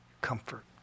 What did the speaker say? Comfort